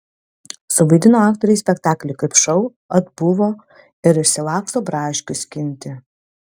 suvaidino aktoriai spektaklį kaip šou atbuvo ir išsilaksto braškių skinti